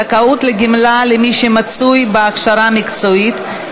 זכאות לגמלה למי שמצוי בהכשרה מקצועית),